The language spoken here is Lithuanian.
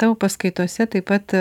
tavo paskaitose taip pat